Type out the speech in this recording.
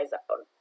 Zone